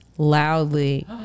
loudly